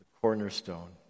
cornerstone